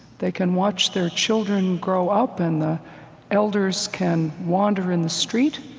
they can watch their children grow up and the elders can wander in the street.